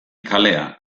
kalea